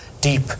deep